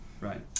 right